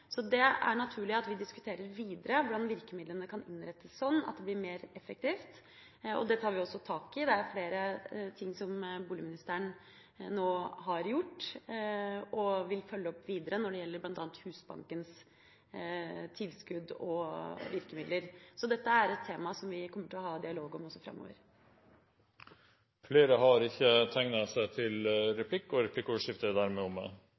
Så det er det naturlig at vi diskuterer videre hvordan virkemidlene kan innrettes sånn at det blir mer effektivt. Det tar vi også tak i. Det er flere ting som boligministeren nå har gjort og vil følge opp videre, bl.a. når det gjelder Husbankens tilskudd og virkemidler. Dette er et tema som vi kommer til å ha en dialog om også framover. Replikkordskiftet er omme. Under fredsprisutdelingen i går ble vi minnet om at Europa har